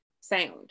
sound